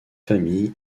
famille